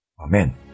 Amen